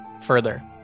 further